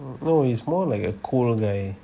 no he is more like a cool guy